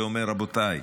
ואומר: רבותיי,